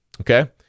Okay